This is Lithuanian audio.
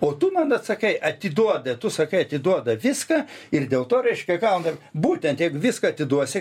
o tu man atsakai atiduodi tu sakai atiduoda viską ir dėl to reiškia gauna būtent jeigu viską atiduosi